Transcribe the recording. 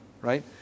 Right